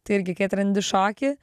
tai irgi kai atrandi šokį